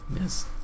Yes